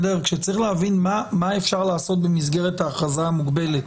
צריך להבין מה אפשר לעשות במסגרת ההכרזה המוגבלת.